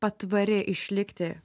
patvari išlikti